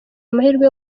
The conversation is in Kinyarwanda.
amahirwe